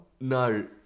No